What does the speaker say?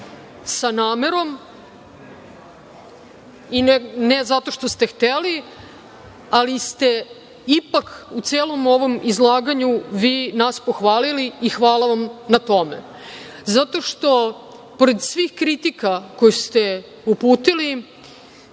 sa namerom i ne zato što ste hteli, ali ste ipak u celom ovom izlaganju vi nas pohvali i hvala vam na tome. Zato što pored svih kritika koje ste uputili,